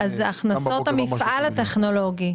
הכנסות המפעל הטכנולוגי.